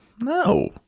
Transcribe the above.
No